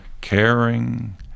caring